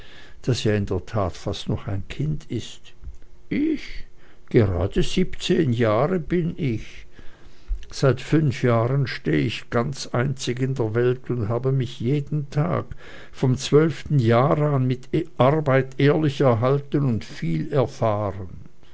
ja in der tat fast noch ein kind ist ich gerade siebzehn jahre bin ich seit fünf jahren steh ich ganz einzig in der welt und habe mich jeden tag vom zwölften jahr an mit arbeit ehrlich erhalten und viel erfahren